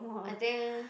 I think